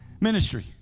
ministry